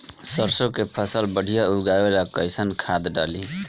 सरसों के फसल बढ़िया उगावे ला कैसन खाद डाली?